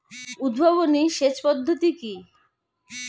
উদ্ভাবনী সেচ পদ্ধতি কি?